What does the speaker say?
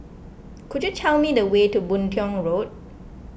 could you tell me the way to Boon Tiong Road